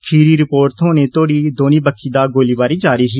खीरी रिपोर्ट थ्होने तोहड़ी दौनें बक्खी दा गोलीबारी जारी ही